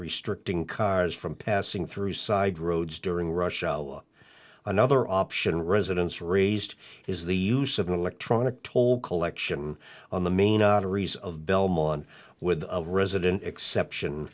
restricting cars from passing through side roads during rush hour another option residents raised is the use of an electronic toll collection on the main arteries of belmont with a resident exception